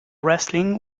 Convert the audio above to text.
wrestling